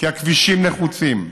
כי הכבישים נחוצים,